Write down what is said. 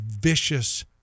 vicious